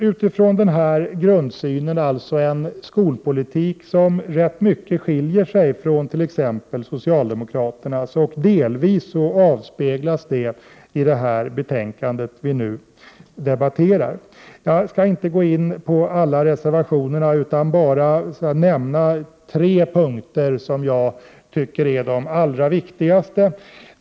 Utifrån denna grundsyn förespråkar vi folkpartister en skolpolitik, som skiljer sig ganska mycket från t.ex. socialdemokraternas. Detta avspeglas delvis i det betänkande som vi nu diskuterar. Jag ämnar inte gå in på alla reservationer, utan bara nämna tre punkter som jag anser vara de allra viktigaste.